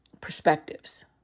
perspectives